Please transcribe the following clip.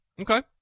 okay